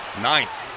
Ninth